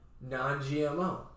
non-GMO